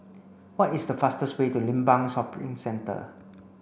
what is the fastest way to Limbang Shopping Centre